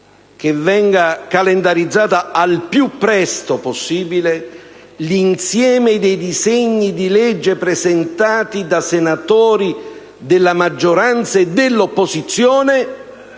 che venga calendarizzato al più presto possibile l'insieme dei disegni di legge presentati da senatori della maggioranza e dell'opposizione